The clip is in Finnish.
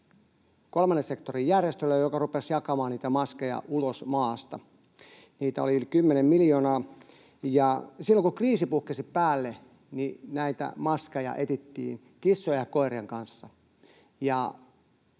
kolmannen sektorin järjestölle, joka rupesi jakamaan niitä maskeja ulos maasta. Niitä oli yli kymmenen miljoonaa. Ja silloin kun kriisi puhkesi päälle, näitä maskeja etsittiin kissojen ja koirien kanssa,